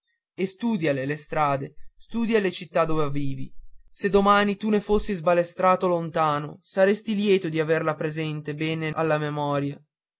e studiale le strade studia la città dove vivi se domani tu ne fossi sbalestrato lontano saresti lieto d'averla presente bene alla memoria